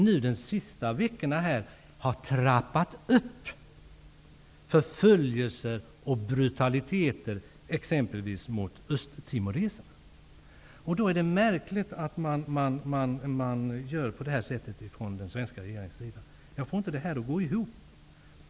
Under de senaste veckorna har man trappat upp förföljelse och brutalitet mot t.ex. östtimoreserna. Det är märkligt att man gör så här från den svenska regeringens sida. Jag får inte det här att gå ihop.